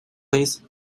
please